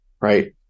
right